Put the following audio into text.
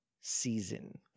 season